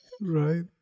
right